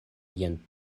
jen